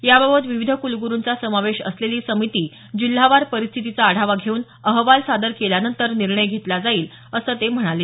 याबाबत विविध कुलगुरुंचा समावेश असलेली समिती जिल्हावार परिस्थितीचा आढावा घेऊन अहवाल सादर केल्यानंतर निर्णय घेतला जाईल असं ते म्हणाले